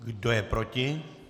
Kdo je proti?